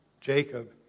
Jacob